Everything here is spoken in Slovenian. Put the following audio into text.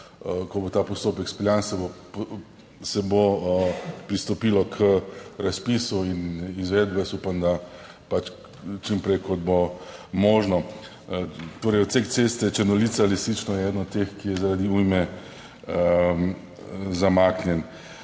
ko bo ta postopek izpeljan se bo pristopilo k razpisu in izvedbi. Jaz upam, da čim prej kot bo možno. Torej odsek ceste Črnolica-Lesično je eden od teh, ki je zaradi ujme zamaknjen.